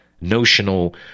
notional